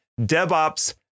DevOps